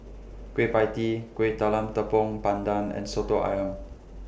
Kueh PIE Tee Kueh Talam Tepong Pandan and Soto Ayam